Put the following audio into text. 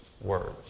words